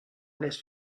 alex